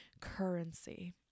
currency